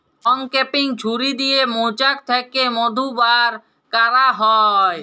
uncapping ছুরি দিয়ে মোচাক থ্যাকে মধু ব্যার ক্যারা হয়